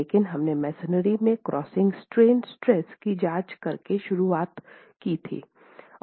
लेकिन हमने मसोनरी में क्रशिंग स्ट्रेन स्टेज की जांच करके शुरुआत कर रहे हैं